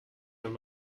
wenn